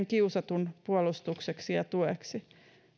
kiusatun puolustukseksi ja tueksi